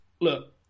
look